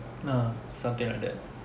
ah something like that